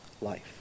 life